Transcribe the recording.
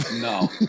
No